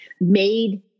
made